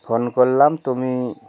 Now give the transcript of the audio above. phone করলাম তুমি